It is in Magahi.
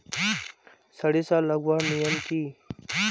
सरिसा लगवार नियम की?